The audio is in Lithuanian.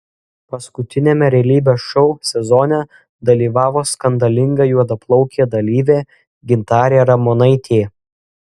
paskutiniame realybės šou sezone dalyvavo skandalinga juodaplaukė dalyvė gintarė ramonaitė